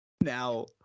Now